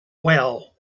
well